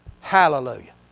Hallelujah